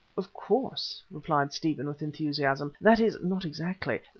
of course, replied stephen with enthusiasm that is, not exactly,